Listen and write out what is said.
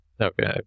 okay